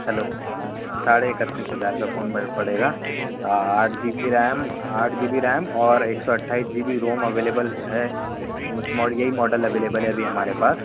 hello साढ़े इकत्तीस हज़ार का फ़ोन पड़ेगा आठ जी बी रैम आठ जी बी रैम और एक सौ एक सौ अट्ठाईस जी बी रोम अवेलेबल है बस यही मॉडल अवेलेबल है हमारे पास